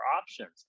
options